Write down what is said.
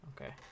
Okay